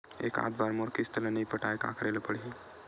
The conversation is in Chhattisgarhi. एकात बार मोर किस्त ला नई पटाय का करे ला पड़ही?